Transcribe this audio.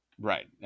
Right